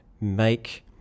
make